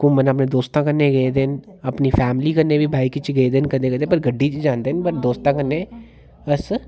घुम्मन अपने दोस्ता कन्नै गेदे न अपनी फैमिली कन्नै बी बाइक च गेदे न कदें कदें पर गड्डी च जंदे न पर दोस्ता कन्नै अस